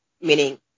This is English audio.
meaning